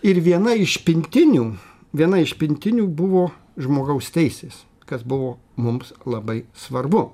ir viena iš pintinių viena iš pintinių buvo žmogaus teisės kas buvo mums labai svarbu